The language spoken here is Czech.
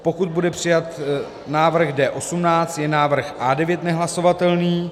pokud bude přijat návrh D18, je návrh A9 nehlasovatelný